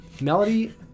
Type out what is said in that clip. Melody